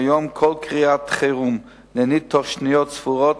והיום כל קריאת חירום נענית תוך שניות ספורות,